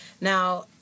Now